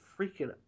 freaking